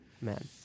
man